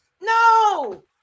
no